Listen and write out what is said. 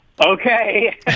Okay